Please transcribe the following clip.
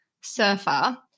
surfer